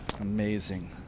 amazing